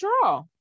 draw